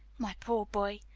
my poor boy,